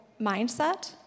mindset